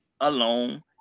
alone